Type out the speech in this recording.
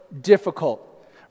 difficult